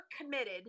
committed